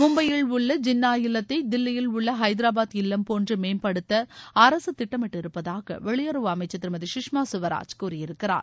மும்பையில் உள்ள ஜின்னா இல்லத்தை தில்லியில் உள்ள ஐதராபாத் இல்லம்போன்று மேம்படுத்த அரசு திட்டமிட்டிருப்பதாக வெளியுறவு அமைச்சர் திருமதி கஷ்மா கவராஜ் கூறியிருக்கிறார்